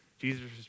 Jesus